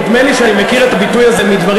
נדמה לי שאני מכיר את הביטוי הזה מדברים